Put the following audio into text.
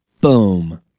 Boom